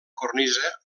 cornisa